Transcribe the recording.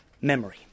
memory